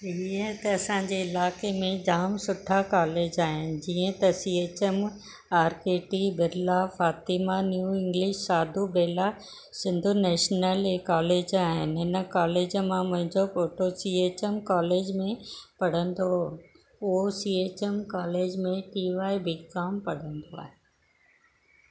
ईअं त असांजे इलाइक़े में जाम सुठा कॉलेज आहिनि जीअं त C H M R A T Birla Fatima new English Sadhu Bela Sindhu national ऐं कॉलेज आहिनि हिन कॉलेज मां मुंहिंजो पोटो सी एच एम कॉलेज में पढ़ंदो हुओ सी एच एम कॉलेज में टी वाए बी कॉम पढ़ंदो आहे